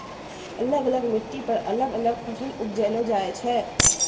अलग अलग मिट्टी पर अलग अलग फसल उपजैलो जाय छै